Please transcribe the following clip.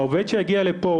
העובד שהגיע לפה,